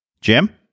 Jim